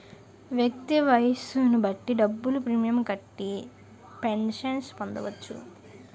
వ్యక్తి వయస్సును బట్టి డబ్బులు ప్రీమియం కట్టి పెన్షన్ పొందవచ్చు